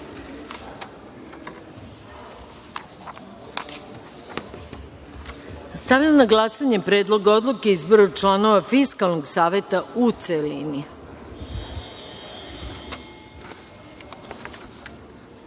rad. Stavljam na glasanje predlog odluke o izboru članova Fiskalnog saveta u